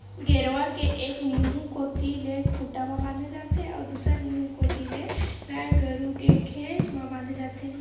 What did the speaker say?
गेरवा के एक मुहूँ कोती ले खूंटा म बांधे जाथे अउ दूसर मुहूँ कोती ले गाय गरु के घेंच म बांधे जाथे